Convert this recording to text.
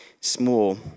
small